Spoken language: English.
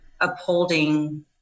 upholding